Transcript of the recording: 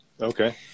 Okay